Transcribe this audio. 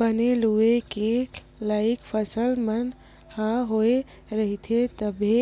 बने लूए के लइक फसल मन ह होए रहिथे तभे